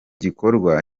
gikorwa